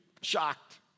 shocked